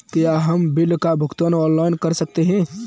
क्या हम बिल का भुगतान ऑनलाइन कर सकते हैं?